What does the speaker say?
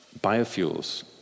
biofuels